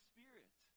Spirit